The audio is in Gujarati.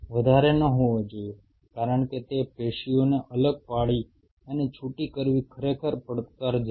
વધારે ન હોવા જોઈએ કારણ કે તે પેશીઓને અલગ પાડી અને છૂટી કરવી ખરેખર પડકારજનક